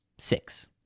Six